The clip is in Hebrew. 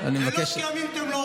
זה לא קשור לצבא.